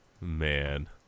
Man